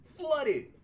flooded